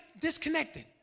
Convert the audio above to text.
disconnected